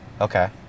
Okay